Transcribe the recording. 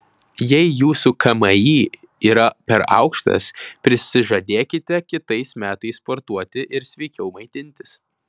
jei jūsų kmi yra per aukštas prisižadėkite kitais metais sportuoti ir sveikiau maitintis